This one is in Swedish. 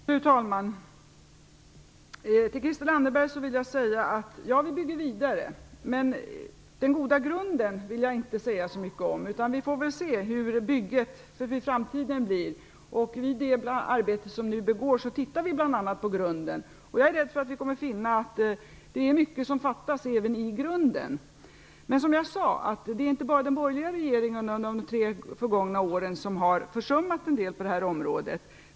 Fru talman! Till Christel Anderberg vill jag säga: ja, vi bygger vidare. Men den goda grunden vill jag inte säga så mycket om, utan vi får väl se hur bygget i framtiden blir. I det arbete som vi nu begår tittar vi bl.a. på grunden. Jag är rädd för att vi kommer att finna att det är mycket som fattas även i grunden. Men som jag sade är det inte bara den borgerliga regeringen under de tre förgångna åren som har försummat en del på området.